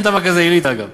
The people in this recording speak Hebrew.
אין דבר כזה אליטה, אגב.